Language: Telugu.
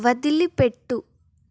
వదిలిపెట్టు